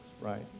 right